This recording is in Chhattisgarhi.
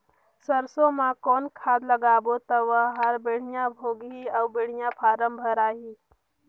सरसो मा कौन खाद लगाबो ता ओहार बेडिया भोगही अउ बेडिया फारम धारही?